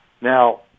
Now